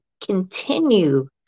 continue